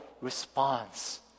response